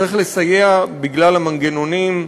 צריך לסייע בגלל המנגנונים,